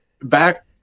back